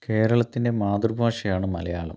കേരളത്തിന്റെ മാതൃഭാഷയാണ് മലയാളം